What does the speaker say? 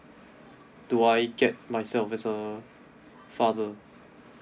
do I get myself as a father